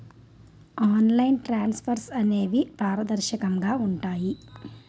online transfers అనేవి పారదర్శకంగా ఉంటాయి